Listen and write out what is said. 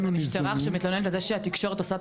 אז המשטרה עכשיו מתלוננת על זה שהתקשורת עושה את